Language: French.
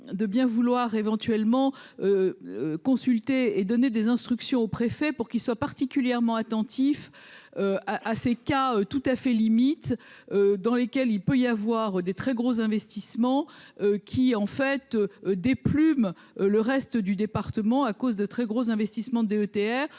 de bien vouloir éventuellement consulter et donner des instructions aux préfets pour qu'ils soient particulièrement attentifs à ces cas tout à fait limite dans lesquels il peut y avoir des très gros investissements qui en fait des plumes, le reste du département, à cause de très gros investissements DETR